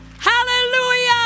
hallelujah